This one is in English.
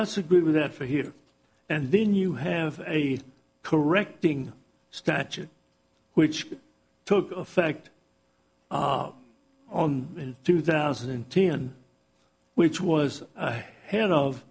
's agree with that for here and then you have a correcting statute which took effect on in two thousand and ten which was ahead of